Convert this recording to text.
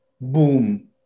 boom